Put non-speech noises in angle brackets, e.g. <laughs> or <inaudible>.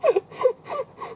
<laughs>